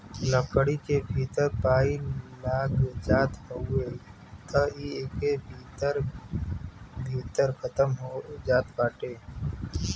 लकड़ी के भीतर पाई लाग जात हवे त इ एके भीतरे भीतर खतम हो जात बाटे